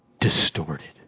distorted